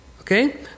Okay